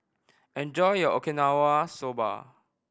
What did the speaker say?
enjoy your Okinawa Soba